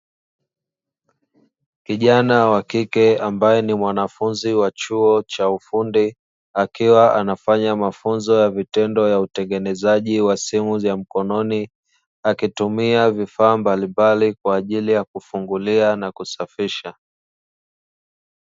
Kijana wa kike ambae ni mwanafunzi wa chuo cha ufundi ,akiwa anafanya mafunzo ya vitendo ya utengenzaji wa simu ya mkononi akitumia vifaa mbalimbali kwa ajili ya kufungulia na kusafisha.